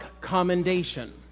commendation